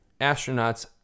astronauts